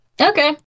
okay